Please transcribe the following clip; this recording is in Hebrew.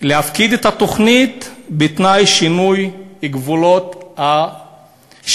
להפקיד את התוכנית בתנאי של שינוי גבולות השיפוט.